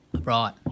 Right